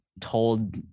told